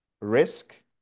risk